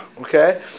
Okay